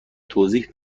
توضیح